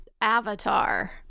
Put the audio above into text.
Avatar